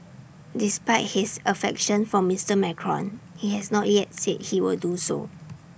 despite his affection for Mister Macron he has not yet said he will do so